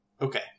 Okay